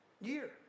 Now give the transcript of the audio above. year